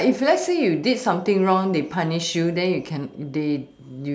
but if let's say you did something wrong they punish you then you can they